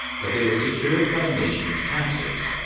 but they were secured by the nation's taxes.